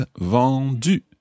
vendu